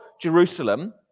Jerusalem